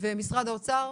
ומשרד האוצר